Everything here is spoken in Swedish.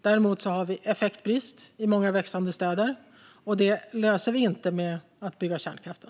Däremot har vi effektbrist i många växande städer, och det löser vi inte med att bygga ut kärnkraften.